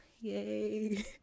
Yay